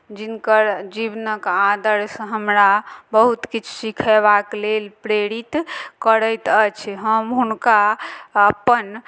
जिनकर जीवनक आदर्श हमरा बहुत किछु सिखेबाक लेल प्रेरित करैत अछि हम हुनका अपन